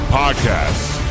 podcasts